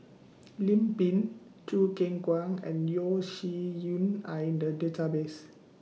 Lim Pin Choo Keng Kwang and Yeo Shih Yun Are in The Database